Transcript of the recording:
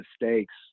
mistakes